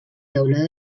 teulada